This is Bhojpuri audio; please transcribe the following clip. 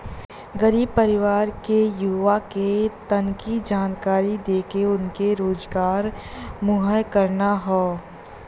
गरीब परिवार के युवा के तकनीकी जानकरी देके उनके रोजगार मुहैया कराना हौ